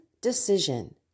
decision